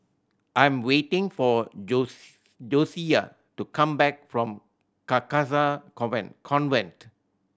I'm waiting for Josiah to come back from Carcasa Convent